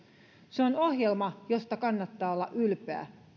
se on ohjelma josta kannattaa olla ylpeä